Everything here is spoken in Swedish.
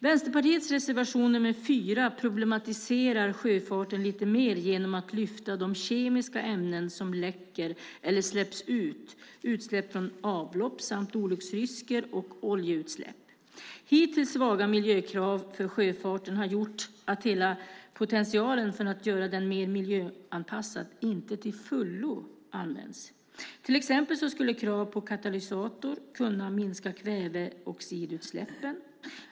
Vänsterpartiets reservation nr 4 problematiserar sjöfarten lite mer genom att lyfta fram de kemiska ämnen som läcker eller släpps ut, utsläpp från avlopp samt olycksrisker och oljeutsläpp. Hittills svaga miljökrav för sjöfarten har gjort att hela potentialen för att göra den mer miljöanpassad inte till fullo använts. Till exempel skulle krav på katalysator kunna minska kväveoxidutsläppen.